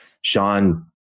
Sean